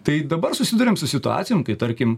tai dabar susiduriam su situacijom kai tarkim